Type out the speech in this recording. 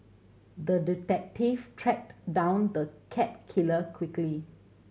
the detective tracked down the cat killer quickly